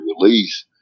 release